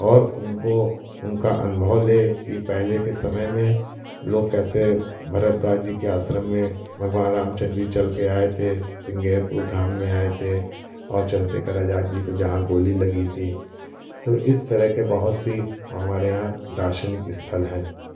और उनको उनका अनुभव लें कि पहले के समय में लोग कैसे भरतद्वाज जी के आश्रम में भगवान रामचन्द्र जी चल कर आए थे श्रृंगारपुर धाम में आए थे और चंद्रशेखर आज़ाद जी को जहाँ गोली लगी थी तो इस तरह के बहुत सी हमारे यहाँ दार्शनिक स्थल है